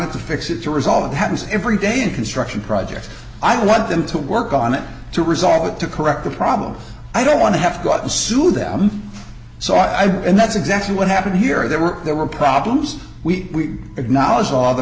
it to fix it to resolve it happens every day in construction projects i want them to work on it to resolve it to correct the problem i don't want to have got to sue them so i did and that's exactly what happened here there were there were problems we acknowledged all the